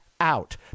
out